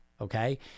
Okay